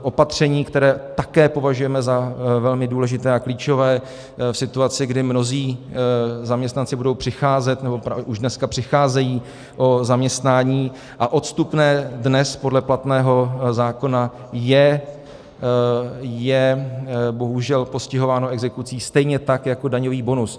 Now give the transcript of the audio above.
Opatření, které také považujeme za velmi důležité a klíčové v situaci, kdy mnozí zaměstnanci budou přicházet, nebo už dneska přicházejí o zaměstnání, a odstupné dnes podle platného zákona je bohužel postihováno exekucí stejně tak jako daňový bonus.